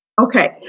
Okay